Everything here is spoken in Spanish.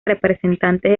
representantes